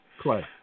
Clay